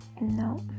No